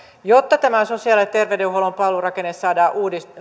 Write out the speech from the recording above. jotta tämä sosiaali ja terveydenhuollon palvelurakenteen